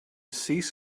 cease